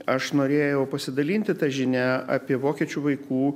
aš norėjau pasidalinti ta žinia apie vokiečių vaikų